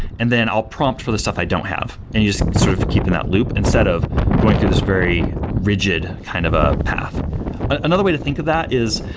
and then i'll prompt for the stuff i don't have. and you just sort of keep in that loop, instead of going through this very rigid kind of ah path another way to think of that is,